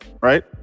right